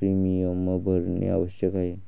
premium भरणे आवश्यक आहे